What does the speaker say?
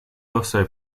also